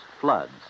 floods